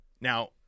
Now